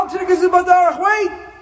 wait